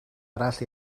arall